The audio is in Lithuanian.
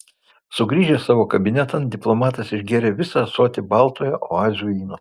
sugrįžęs savo kabinetan diplomatas išgėrė visą ąsotį baltojo oazių vyno